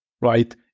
right